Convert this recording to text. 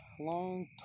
long